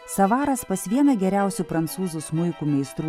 savaras pas vieną geriausių prancūzų smuikų meistrų